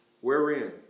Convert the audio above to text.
Wherein